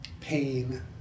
pain